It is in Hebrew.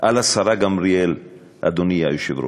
על השרה גמליאל, אדוני היושב-ראש,